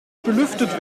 belüftet